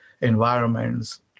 environments